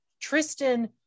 Tristan